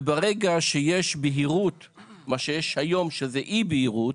מה שיש היום זה אי בהירות,